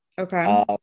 okay